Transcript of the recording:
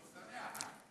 אני שמח.